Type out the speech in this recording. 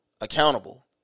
accountable